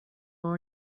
door